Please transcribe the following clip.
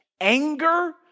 anger